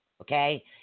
Okay